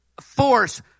force